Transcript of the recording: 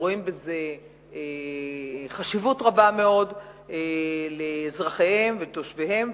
שרואים שיש בזה חשיבות רבה מאוד לאזרחיהן ותושביהן,